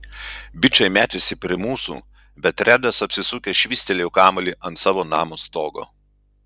bičai metėsi prie mūsų bet redas apsisukęs švystelėjo kamuolį ant savo namo stogo